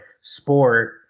sport